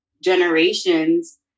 generations